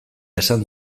esan